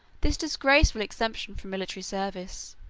this disgraceful exemption from military service